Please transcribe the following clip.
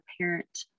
parent